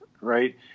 right